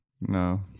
No